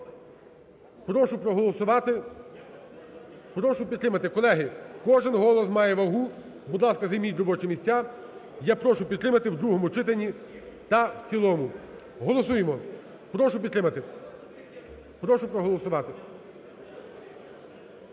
Прошу проголосувати. Прошу підтримати. Колеги, кожен голос має вагу. Будь ласка, займіть робочі місця. Я прошу підтримати в другому читанні та в цілому. Голосуємо. Прошу підтримати, прошу проголосувати.